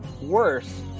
worse